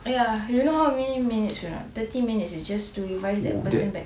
ya you know how many minutes not thirty minutes just to revive the person back